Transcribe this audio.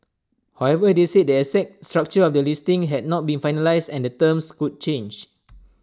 however they said their exact structure of the listing had not been finalised and the terms could change